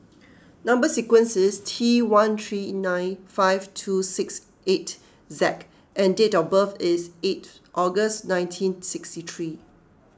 Number Sequence is T one three nine five two six eight Z and date of birth is eighth August nineteen sixty three